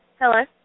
Hello